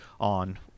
on